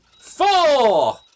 Four